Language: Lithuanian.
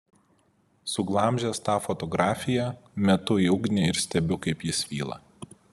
suglamžęs tą fotografiją metu į ugnį ir stebiu kaip ji svyla